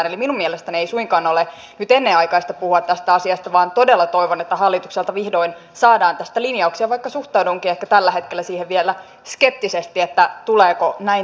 eli minun mielestäni ei suinkaan ole nyt ennenaikaista puhua tästä asiasta vaan todella toivon että hallitukselta vihdoin saadaan tästä linjauksia vaikka suhtaudunkin ehkä tällä hetkellä siihen vielä skeptisesti tuleeko näin tapahtumaan